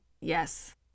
Yes